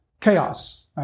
chaos